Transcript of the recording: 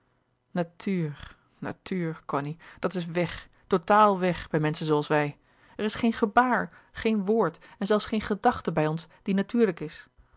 natuur natuur cony dat is weg totaal weg bij menschen zooals wij er is geen gebaar geen woord en zelfs geen gedachte bij ons die natuurlijk is